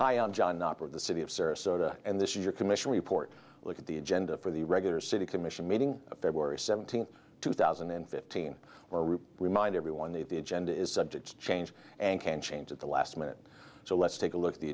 knopper the city of sarasota and this your commission report look at the agenda for the regular city commission meeting february seventeenth two thousand and fifteen or rip remind everyone that the agenda is subject to change and can change at the last minute so let's take a look at the